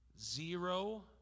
Zero